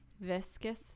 Viscous